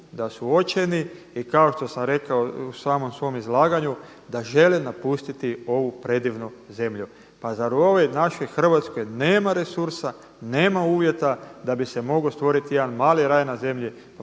da su očajni i kao što sam rekao u samom svom izlaganju, da žele napustiti ovu predivnu zemlju. Pa zar u ovoj našoj Hrvatskoj nema resursa, nema uvjeta da bi se mogao stvoriti jedan mali raj na zemlji.